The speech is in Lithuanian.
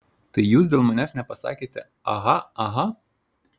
tai jūs dėl manęs nepasakėte aha aha